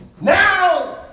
Now